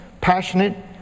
passionate